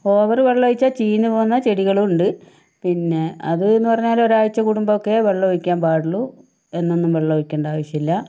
over വെള്ളം ഒഴിച്ചാൽ ചീഞ്ഞ് പോകുന്ന ചെടികളുണ്ട് പിന്നെ അതെന്ന് പറഞ്ഞാൽ ഒരാഴ്ച കൂടുമ്പോൾ ഒക്കെ വെള്ളം ഒഴിക്കാൻ പാടുള്ളു എന്നെന്നും വെള്ളം ഒഴിക്കേണ്ട ആവശ്യമില്ല